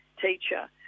teacher